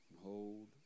Hold